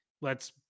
lets